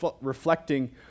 reflecting